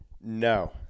No